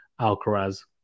Alcaraz